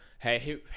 Hey